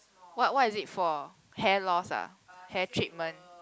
what what is it for hair loss ah hair treatment